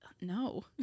No